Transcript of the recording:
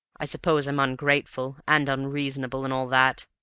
i suppose i'm ungrateful, and unreasonable, and all that.